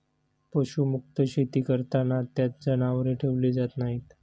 पशुमुक्त शेती करताना त्यात जनावरे ठेवली जात नाहीत